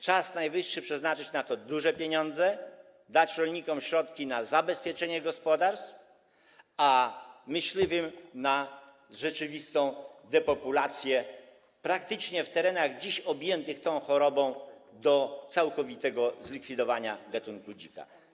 Czas najwyższy przeznaczyć na to duże pieniądze, dać rolnikom środki na zabezpieczenie gospodarstw, a myśliwym - na rzeczywistą depopulację na terenach dziś objętych tą chorobą, praktycznie do całkowitego zlikwidowania gatunku dzika.